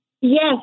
Yes